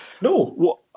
No